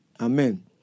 amen